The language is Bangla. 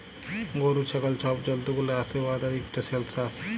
গরু, ছাগল ছব জল্তুগুলা আসে উয়াদের ইকট সেলসাস